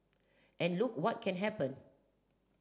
and look what can happen